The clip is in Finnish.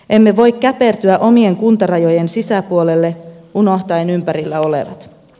emme voi käpertyä omien kuntarajojen sisäpuolelle unohtaen ympärillä olevat